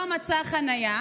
לא מצא חניה,